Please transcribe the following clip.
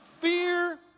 fear